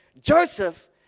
Joseph